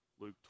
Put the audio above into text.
Luke